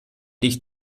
dich